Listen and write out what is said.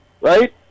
Right